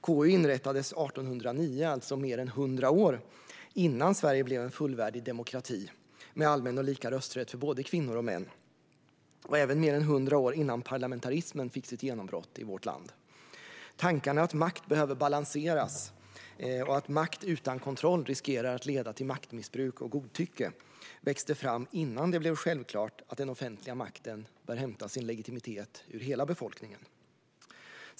KU inrättades 1809, alltså mer än 100 år innan Sverige blev en fullvärdig demokrati med allmän och lika rösträtt för både kvinnor och män och även mer än 100 år innan parlamentarismen fick sitt genombrott i vårt land. Tankarna att makt behöver balanseras och att makt utan kontroll riskerar att leda till maktmissbruk och godtycke växte fram innan det blev självklart att den offentliga makten bör hämta sin legitimitet hos hela befolkningen.